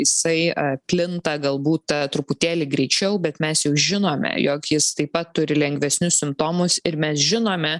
jisai plinta galbūt truputėlį greičiau bet mes juk žinome jog jis taip pat turi lengvesnius simptomus ir mes žinome